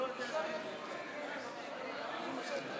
ההצבעה על הסתייגות 91 לסעיף 80: 61